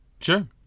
Sure